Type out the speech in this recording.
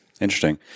Interesting